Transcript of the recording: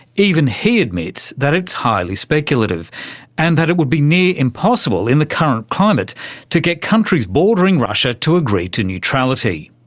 even he admits that it's highly speculative and that it would be near impossible in the current climate to get countries bordering russia to agree to neutrality.